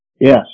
Yes